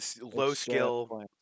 low-skill